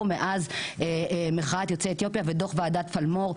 מאז מחאת יוצאי אתיופיה ודוח ועדת פלמור,